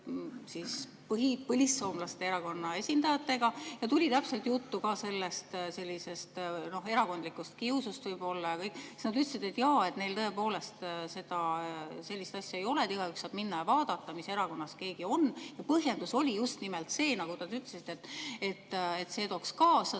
põlissoomlaste erakonna esindajatega ja tuli täpsemalt juttu ka sellisest [erakondlikkusest tulenevast] kiusust. Ja siis nad ütlesid, et neil tõepoolest sellist asja ei ole, et igaüks saab minna ja vaadata, mis erakonnas keegi on. Põhjendus oli just nimelt see, nagu te ütlesite, et see tooks kaasa